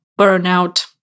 burnout